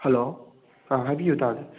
hello ꯍꯥꯏꯕꯤꯌꯨ ꯇꯥꯔꯦ